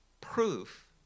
proof